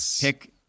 pick